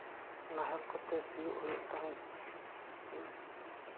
ᱱᱟᱦᱮᱞ ᱠᱚᱛᱮ ᱥᱤᱭᱳᱜ ᱦᱩᱭᱩᱜ ᱛᱟᱦᱮᱸᱜ